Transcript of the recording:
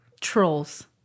Trolls